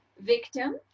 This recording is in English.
victim